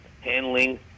handling